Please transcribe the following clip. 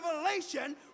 revelation